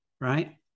Right